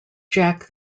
jack